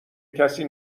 کسی